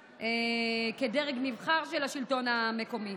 את שליחותם כדרג נבחר של השלטון המקומי.